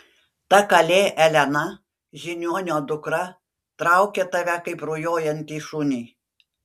ta kalė elena žiniuonio dukra traukia tave kaip rujojantį šunį